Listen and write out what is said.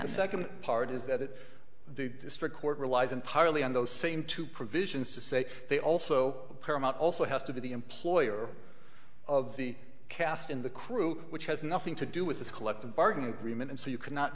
the second part is that the district court relies entirely on those same two provisions to say they also paramount also has to be the employer of the cast in the crew which has nothing to do with this collective bargaining agreement and so you cannot